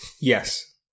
Yes